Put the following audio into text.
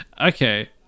Okay